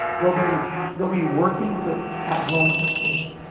they'll be they'll be working, but at home with their kids.